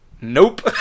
Nope